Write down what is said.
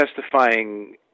testifying